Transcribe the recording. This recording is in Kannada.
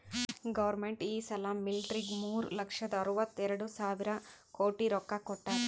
ಗೌರ್ಮೆಂಟ್ ಈ ಸಲಾ ಮಿಲ್ಟ್ರಿಗ್ ಮೂರು ಲಕ್ಷದ ಅರ್ವತ ಎರಡು ಸಾವಿರ ಕೋಟಿ ರೊಕ್ಕಾ ಕೊಟ್ಟಾದ್